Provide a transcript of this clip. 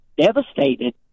devastated